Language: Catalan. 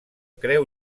creu